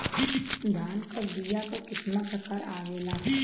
धान क बीया क कितना प्रकार आवेला?